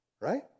right